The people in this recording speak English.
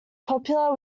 popular